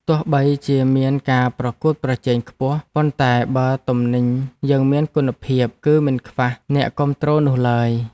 ទោះបីជាមានការប្រកួតប្រជែងខ្ពស់ប៉ុន្តែបើទំនិញយើងមានគុណភាពគឺមិនខ្វះអ្នកគាំទ្រនោះឡើយ។